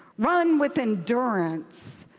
run with endurance.